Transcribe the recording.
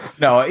No